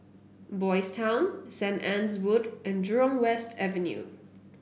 Boys' Town Saint Anne's Wood and Jurong West Avenue